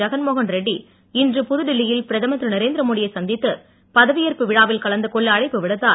ஜெகன்மோகன் ரெட்டி இன்று புதுடில்லியில் பிரதமர் திரு நரேந்திரமோடியை சந்தித்து பதவியேற்பு விழாவில் கலந்து கொள்ள அழைப்பு விடுத்தார்